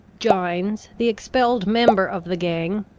gines, the expelled member of the gang,